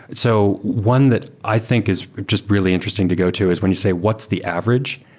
and so one that i think is just really interesting to go to is when you say what's the average.